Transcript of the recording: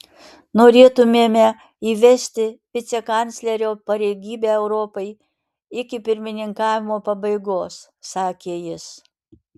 norėtumėme įvesti vicekanclerio pareigybę europai iki pirmininkavimo pabaigos sakė jis